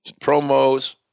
promos